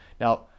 Now